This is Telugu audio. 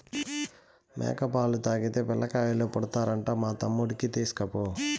మేక పాలు తాగితే పిల్లకాయలు పుడతారంట మా తమ్ముడికి తీస్కపో